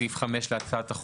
סעיף 5 להצעת החוק,